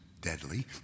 deadly